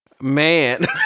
man